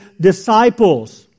disciples